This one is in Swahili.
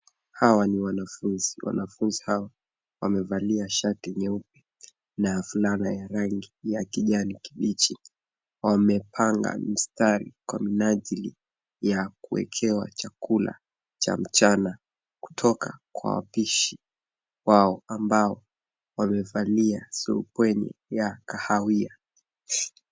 Hawa ni wanafunzi. Wanafunzi hawa wamevalia shati nyeupe na fulana ya rangi ya kijani kibichi. Wamepanga mstari kwa minajili ya kuekewa chakula cha mchana kutoka kwa wapishi wao ambao wamevalia sulubwenye ya kahawia.